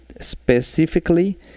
specifically